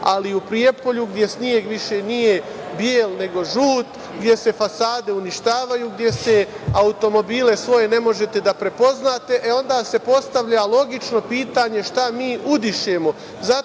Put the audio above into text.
ali i u Prijepolju, gde sneg više nije beo nego žut, gde se fasade uništavaju, gde automobile svoje ne možete da prepoznate, e, onda se postavlja logično pitanje - šta mi udišemo? Zato